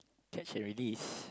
catch and release